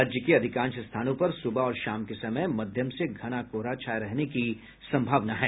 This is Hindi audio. राज्य के अधिकांश स्थानों पर सुबह और शाम के समय मध्यम से घना कोहरा छाये रहने की सम्भावना है